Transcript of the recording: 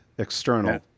external